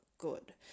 good